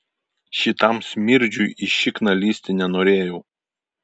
šitam smirdžiui į šikną lįsti nenorėjau